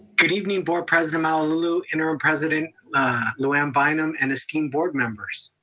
good evening board president malauulu, interim president luanne bynum and esteemed board members.